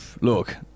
Look